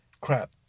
crap